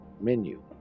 menu